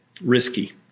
risky